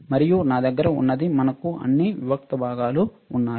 మరియు మన దగ్గర ఉన్నది మనకు అన్ని వివిక్త భాగాలు ఉన్నాయి